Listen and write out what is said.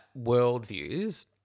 worldviews